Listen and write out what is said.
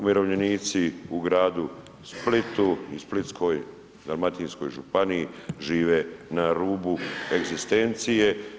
Umirovljenici u Gradu Splitu i Splitsko-dalmatinskoj županiji žive na rubu egzistencije.